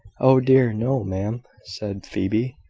oh, dear, no, ma'am! said phoebe.